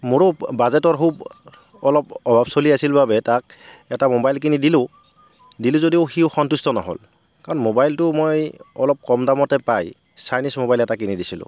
মোৰো বাজেটৰ খুব অলপ অভাৱ চলি আছিল বাবে তাক এটা মোবাইল কিনি দিলোঁ দিলোঁ যদিও সি সন্তুষ্ট নহ'ল কাৰণ মোবাইলটো মই অলপ কম দামতে পাই ছাইনিজ মোবাইল এটা কিনি দিছিলোঁ